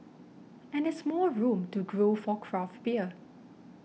and there's more room to grow for craft beer